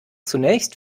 zunächst